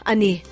Ani